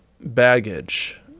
baggage